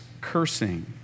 cursing